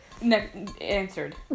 answered